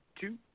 two